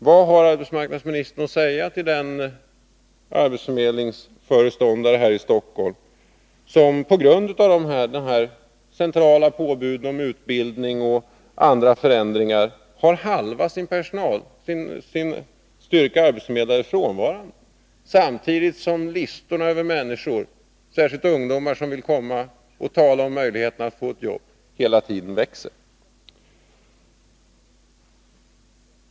Vad har arbetsmarknadsministern att säga till den arbetsförmedlingsföreståndare här i Stockholm som på grund av påbud från centralt håll om utbildning och andra förändringar måste konstatera att halva personalstyrkan av arbetsförmedlare är frånvarande samtidigt som listorna över människor — särskilt ungdomar som vill komma och tala om sina möjligheter att få ett jobb — hela tiden växer?